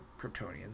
kryptonians